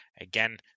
again